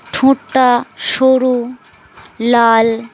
ঠোঁটটা সরু লাল